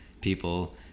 people